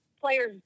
player's